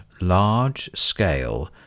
large-scale